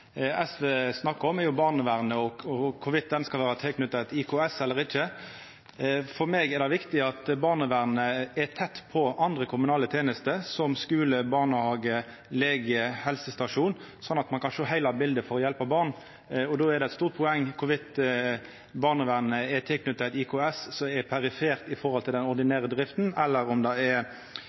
SV snakkar om, er barnevernet og om det skal vera knytt til eit IKS eller ikkje. For meg er det viktig at barnevernet er tett på andre kommunale tenester, som skule, barnehage, lege og helsestasjon, slik at ein kan sjå heile bildet for å hjelpa barn. Då er det eit stort poeng om barnevernet er knytt til eit IKS, som er perifert i forhold til den ordinære drifta, eller om det er